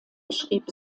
beschrieb